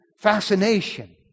fascination